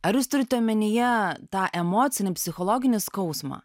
ar jūs turite omenyje tą emocinį psichologinį skausmą